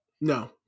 No